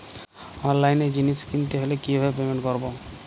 অনলাইনে জিনিস কিনতে হলে কিভাবে পেমেন্ট করবো?